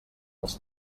als